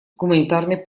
гуманитарной